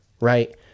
Right